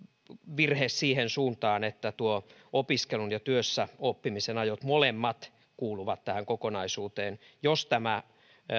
virhe siihen suuntaan että nuo opiskelun ja työssäoppimisen ajot molemmat kuuluvat tähän kokonaisuuteen jos tämä